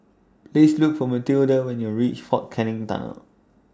Please Look For Matilda when YOU REACH Fort Canning Tunnel